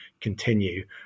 continue